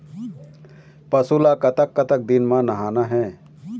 पशु ला कतक कतक दिन म नहाना हे?